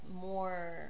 more